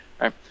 right